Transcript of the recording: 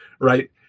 right